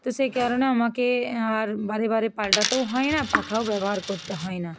তো সেই কারণে আমাকে আর বারে বারে পাল্টাতেও হয় না পাখাও ব্যবহার করতে হয় না